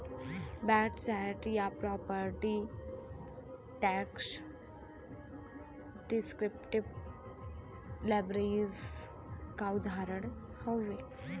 VAT set या property tax descriptive labels क उदाहरण हउवे